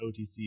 OTC